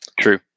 True